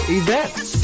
events